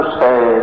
say